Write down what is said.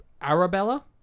arabella